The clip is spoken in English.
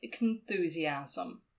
enthusiasm